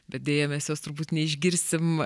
bet deja mes jos turbūt neišgirsim